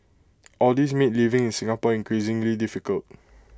all these made living in Singapore increasingly difficult